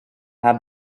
have